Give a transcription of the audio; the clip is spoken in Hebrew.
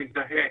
הוא מזדהה